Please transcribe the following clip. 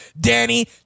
Danny